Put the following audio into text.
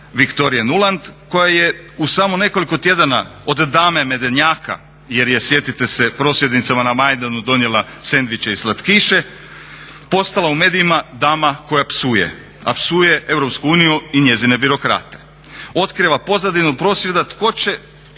Viktorije Nulant koja je u samo nekoliko tjedana od dame medenjaka, jer je sjetite se prosvjednicama na Majdanu donijele sendviče i slatkiše, postala u medijima dama koja psuje. A psuje Europsku uniju i njezine birokrate, otkriva pozadinu prosvjeda tko će